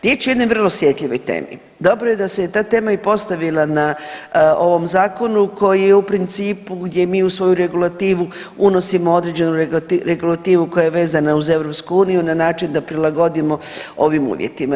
Riječ je jednoj vrlo osjetljivoj temi, dobro je da se je ta tema i postavila na ovom zakonu koji je u principu gdje mi u svoju regulativu unosimo određenu regulativu koja je vezana uz EU na način da prilagodimo ovim uvjetima.